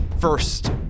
First